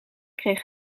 kreeg